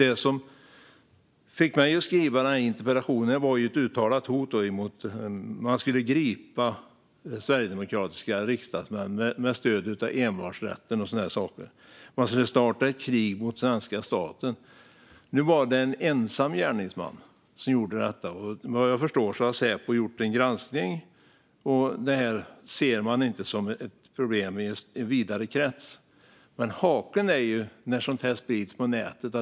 Det som fick mig att skriva interpellationen var ett uttalat hot där man sa att man skulle gripa sverigedemokratiska riksdagsmän med stöd av envarsrätten och liknande. Man skulle starta ett krig mot svenska staten. Det visade sig handla om en ensam gärningsman. Som jag har förstått det har Säpo gjort en granskning och ser inte detta som ett problem i en vidare krets. Men haken är när sådant sprids på nätet.